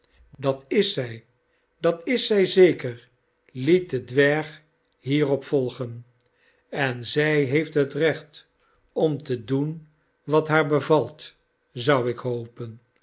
dat is zij dat is zij zeker liet de dwerg hierop volgen en zij heeft het recht om te doen wat haar bevalt zou ik hopen